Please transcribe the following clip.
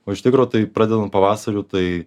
o iš tikro tai pradedant pavasariu tai